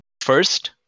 first